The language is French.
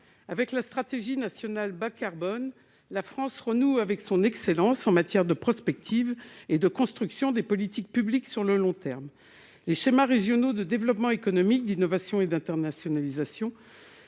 avec la stratégie nationale bas carbone la France renoue avec son excellence en matière de prospective et de construction des politiques publiques sur le long terme, les schémas régionaux de développement économique, d'innovation et d'internationalisation